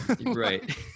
Right